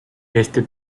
este